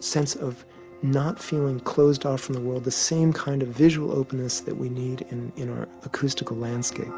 sense of not feeling closed off from the world, the same kind of visual openness that we need in in our acoustical landscape.